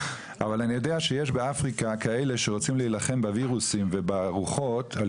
אבל אני יודע שיש באפריקה כאלה שיוצאים להילחם בווירוסים וברוחות על